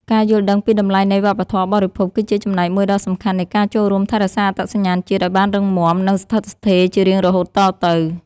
ការយល់ដឹងពីតម្លៃនៃវប្បធម៌បរិភោគគឺជាចំណែកមួយដ៏សំខាន់នៃការចូលរួមថែរក្សាអត្តសញ្ញាណជាតិឱ្យបានរឹងមាំ និង ស្ថិតស្ថេរជារៀងរហូតតទៅ។